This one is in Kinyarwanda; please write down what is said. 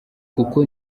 kuko